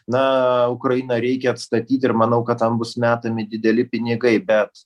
na ukrainą reikia atstatyt ir manau kad tam bus metami dideli pinigai bet